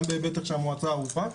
גם בהיבט איך שהמועצה ערוכה,